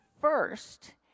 first